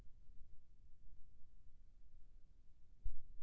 मिरचा के खेती म कुहड़ी ढापे ले का होही?